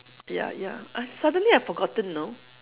ya ya I suddenly I forgotten know